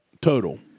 total